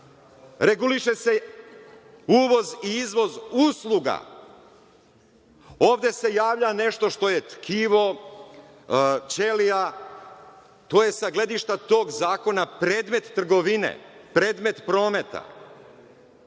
reguliše se uvoz i izvoz usluga. Ovde se javlja nešto što je tkivo, ćelija, to je sa gledišta tog zakona predmet trgovine, predmet prometa.